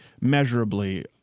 measurably